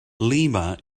lima